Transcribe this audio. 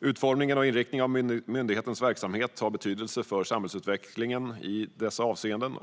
Utformningen och inriktning av myndighetens verksamhet har betydelse för samhällsutvecklingen i dessa avseenden.